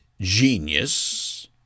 genius